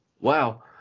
wow